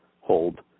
hold